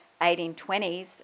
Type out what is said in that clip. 1820s